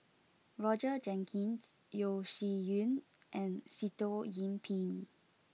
Roger Jenkins Yeo Shih Yun and Sitoh Yih Pin